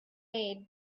made